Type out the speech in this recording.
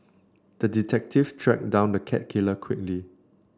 the detective tracked down the cat killer quickly